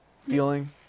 feeling